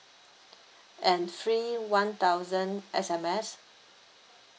and free one thousand S_M_S